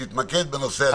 שלמה, תתמקד בנושא הזה.